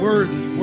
Worthy